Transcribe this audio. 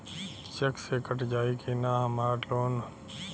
Check से cut जाई की ना हमार लोन?